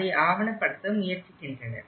அதை ஆவணப்படுத்த முயற்சிக்கின்றனர்